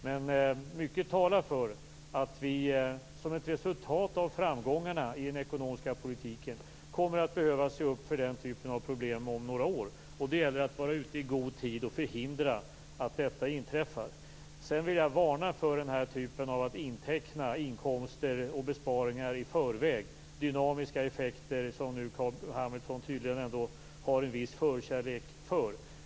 Men mycket talar för att vi som ett resultat av framgångarna i den ekonomiska politiken kommer att behöva se upp för den typen av problem om några år. Det gäller att vara ute i god tid och förhindra att detta inträffar. Sedan vill jag varna för att inteckna inkomster och besparingar i förväg - för dynamiska effekter, som Carl B Hamilton tydligen ändå har en viss förkärlek för.